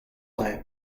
vraie